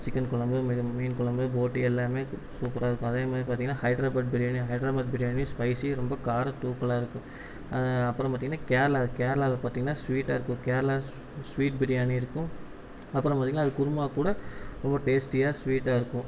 chicken குளம்பு மே மீன் குளம்பு போட்டி எல்லாமே சூப்பராக இருக்கும் அதே மாரி பார்த்திங்கனா ஹைட்ராபாத் பிரியாணி ஹைட்ராபாத் பிரியாணி ஸ்பைசி ரொம்ப காரம் தூக்கலாக இருக்கும் அப்புறோம் பார்த்திங்கனா கேரளா கேரளால பார்த்திங்கனா ஸ்வீட்டாக இருக்கும் கேரளா ஸ் ஸ்வீட் பிரியாணி இருக்கும் அப்புறோம் பார்த்திங்களா அது குருமா கூட ஓ டேஸ்ட்டியாக ஸ்வீட்டாக இருக்கும்